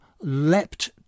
leapt